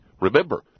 Remember